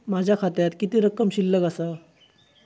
माझ्या खात्यात किती रक्कम शिल्लक आसा?